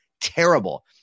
Terrible